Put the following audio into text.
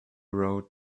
road